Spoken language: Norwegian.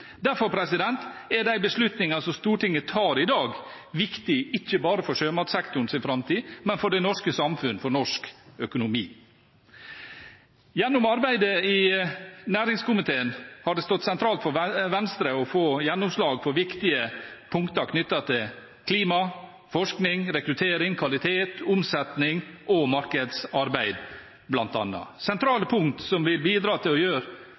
Derfor er de beslutningene som Stortinget tar i dag, viktige, ikke bare for sjømatsektorens framtid, men for det norske samfunn, for norsk økonomi. Gjennom arbeidet i næringskomiteen har det stått sentralt for Venstre å få gjennomslag for viktige punkter knyttet til bl.a. klima, forskning, rekruttering, kvalitet, omsetning og markedsarbeid – sentrale punkter som vil bidra til å gjøre